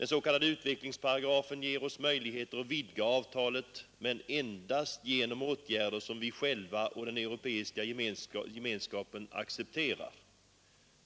Den s.k. utvecklingsparagrafen ger oss möjligheter att vidga avtalet men endast genom åtgärder som vi själva och den europeiska gemenskapen accepterar.